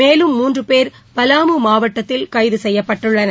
மேலும் மூன்று பேர் பலாமூ மாவட்டத்தில் கைது செய்யப்பட்டனர்